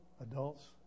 adults